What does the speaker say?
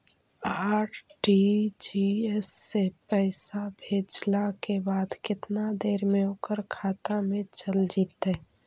RTGS से पैसा भेजला के बाद केतना देर मे ओकर खाता मे चल जितै?